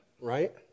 right